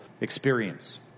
experience